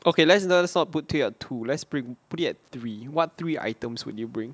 okay let's not put it at two let's put it at three what three items when you bring